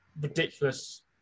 ridiculous